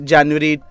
January